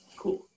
Cool